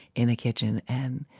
in a kitchen. and